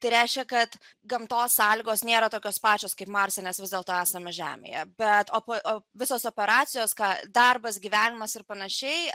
tai reiškia kad gamtos sąlygos nėra tokios pačios kaip marse nes vis dėlto esame žemėje bet visos operacijos ką darbas gyvenimas ir panašiai